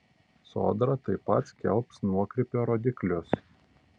sodra taip pat skelbs nuokrypio rodiklius